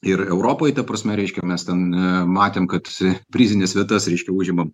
ir europoj ta prasme reiškia mes ten e matėm kad prizines vietas reiškia užimam